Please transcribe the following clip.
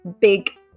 big